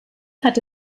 hatte